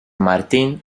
martin